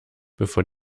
bevor